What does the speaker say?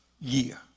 year